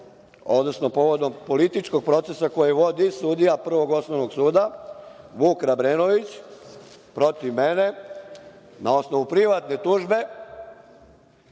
odnosno povodom političkog procesa koji vodi sudija Prvog osnovnog suda, Vuk Rabrenović, protiv mene, na osnovu privatne tužbe